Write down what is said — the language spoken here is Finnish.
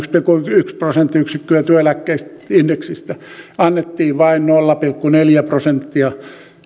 yksi prosenttiyksikköä työeläkeindeksistä annettiin vain nolla pilkku neljä prosenttia